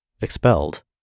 expelled